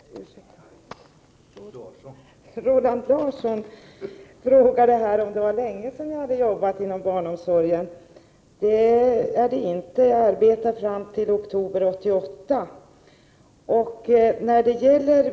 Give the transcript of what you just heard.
Herr talman! Roland Larsson frågade om det var länge sedan jag jobbade inom barnomsorgen. Det är det inte. Jag arbetade fram till oktober 1988.